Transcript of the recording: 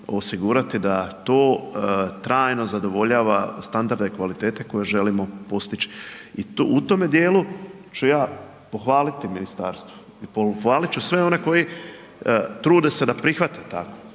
osigurati da to trajno zadovoljava standarde kvalitete koje želimo postići. I u tome dijelu ću ja pohvaliti ministarstvo i pohvaliti ću sve one koji trude se da prihvate tako.